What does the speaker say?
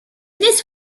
this